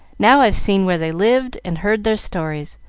now i've seen where they lived and heard their stories,